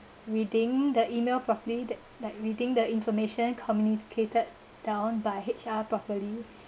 reading the email properly that like reading the information communicated down by H_R properly